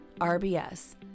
RBS